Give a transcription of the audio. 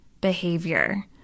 behavior